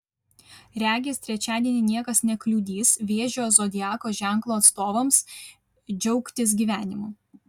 regis trečiadienį niekas nekliudys vėžio zodiako ženklo atstovams džiaugtis gyvenimu